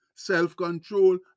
self-control